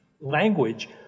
language